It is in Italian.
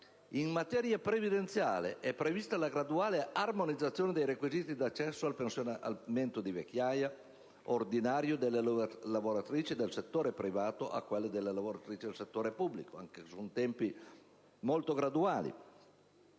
In materia previdenziale, è prevista la progressiva armonizzazione dei requisiti di accesso al pensionamento di vecchiaia ordinario delle lavoratrici del settore privato a quelli delle lavoratrici del settore pubblico, anche se con tempi molto graduali.